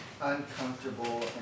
uncomfortable